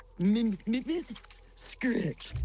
minh nice skirt i